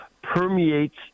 permeates